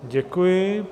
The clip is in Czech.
Děkuji.